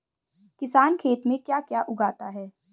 किसान खेत में क्या क्या उगाता है?